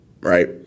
Right